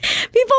people